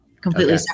completely